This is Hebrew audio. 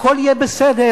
הכול יהיה בסדר,